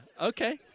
Okay